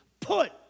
put